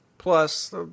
Plus